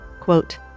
Quote